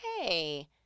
hey